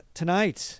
tonight